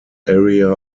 area